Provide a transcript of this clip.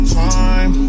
time